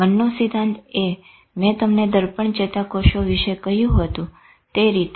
મનનો સિદ્ધાંતએ મેં તમને દર્પણ ચેતાકોષો વિષે કહ્યું હતું તે રીતે છે